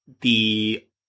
the-